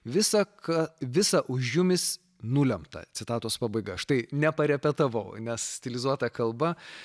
visa ką visa už jumis nulemta citatos pabaiga štai neparepetavau nes stilizuota kalba